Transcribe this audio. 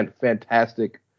fantastic